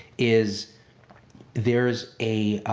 is there's a,